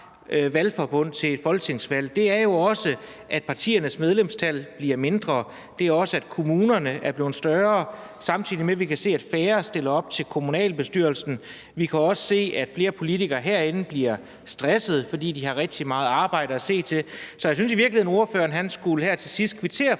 valgforbund til et folketingsvalg. Det er jo også, at partiernes medlemstal bliver mindre. Det er også, at kommunerne er blevet større, samtidig med at vi kan se, at færre stiller op til kommunalbestyrelsen, og vi kan også se, at flere politikere herinde bliver stresset, fordi de har rigtig meget arbejde at se til. Så jeg synes i virkeligheden, ordføreren her til sidst skulle